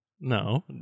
No